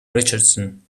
richardson